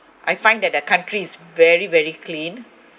I find that the country is very very clean